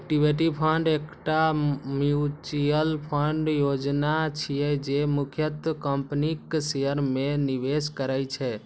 equity fund एकटा mutual fund योजना छियै, जे मुख्यतः कंपनीक शेयर मे निवेश करै छै